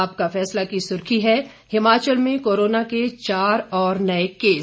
आपका फैसला की सुर्खी है हिमाचल में कोरोना के चार और नए केस